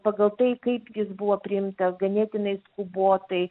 pagal tai kaip jis buvo priimtas ganėtinai skubotai